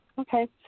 Okay